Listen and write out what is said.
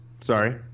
sorry